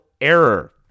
error